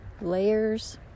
layers